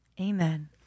Amen